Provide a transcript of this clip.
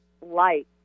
light